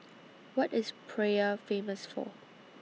What IS Praia Famous For